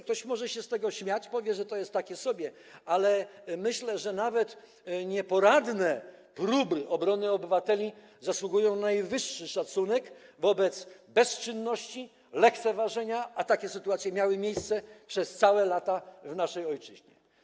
Ktoś może się z tego śmiać, powie, że to jest takie sobie, ale myślę, że nawet nieporadne próby obrony obywateli zasługują na najwyższy szacunek przy bezczynności, lekceważeniu, a takie sytuacje miały miejsce przez całe lata w naszej ojczyźnie.